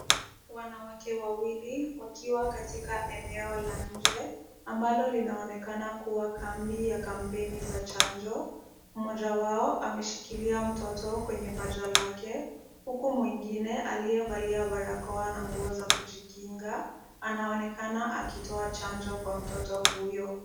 Wanawake wawili wakiwa katika eneo la nje ambalo linaonekana kuwa kambi ya kampeni za chanjo. Mmoja wao ameshikilia mtoto kwenye paja lake huku mwengine aliyevalia barakoa na nguo za kujikinga anaonekana akitoa chanjo kwa mtoto huyo.